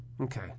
Okay